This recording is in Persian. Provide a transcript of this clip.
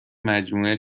مجموعه